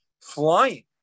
flying